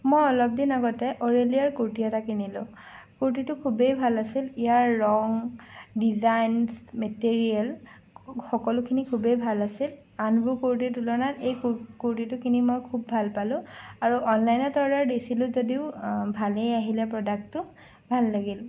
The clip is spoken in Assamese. মই অলপ দিন আগতে অৰেলিয়াৰ কুৰ্তি এটা কিনিলোঁ কুৰ্তিটো খুবেই ভাল আছিল ইয়াৰ ৰং ডিজাইনছ মেটেৰিয়েল সকলোখিনি খুবেই ভাল আছিল আনবোৰ কুৰ্তিৰ তুলনাত এই কু কুৰ্তিটো কিনি মই খুব ভাল পালোঁ আৰু অনলাইনত অৰ্ডাৰ দিছিলোঁ যদিও ভালেই আহিলে প্ৰডাক্টটো ভাল লাগিল